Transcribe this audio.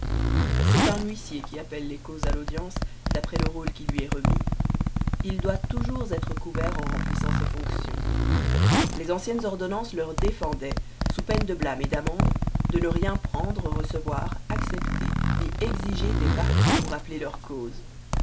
c'est un huissier qui appelle les causes à l'audience d'après le rôle qui lui est remis il doit toujours être couvert en remplissant ses fonctions les anciennes ordonnances leur défendaient sous peine de blâme et d'amende de ne rien prendre recevoir accepter ni exiger des parties pour appeler leurs causes